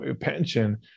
pension